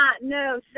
no